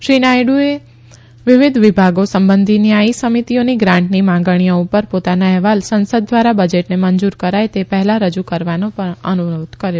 શ્રી નાયડુએ વિવિધ વિભાગો સંબંધી સ્થાયી સમિતિઓને ગ્રાંટની માંગણીઓ પર પોતાના અહેવાલ સંસદ ધ્વારા બજેટને મંજુર કરાય તે પહેલા રજુ કરવાનો પણ અનુરોધ કર્યો